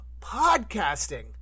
podcasting